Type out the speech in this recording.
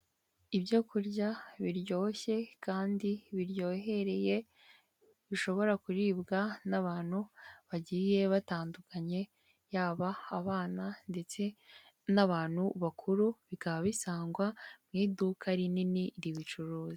Ibyo kurya biryoshye kandi biryohereye, bishobora kuribwa n'abantu bagiye batandukanye yaba abana ndetse n'abantu bakuru, bikaba bisangwa mu iduka rinini ribicuruza.